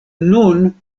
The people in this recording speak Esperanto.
nun